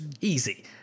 easy